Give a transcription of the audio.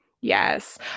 Yes